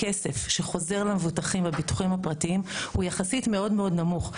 כסף שחוזר למבוטחים בביטוחים הפרטיים הוא יחסית מאוד מאוד נמוך.